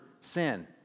sin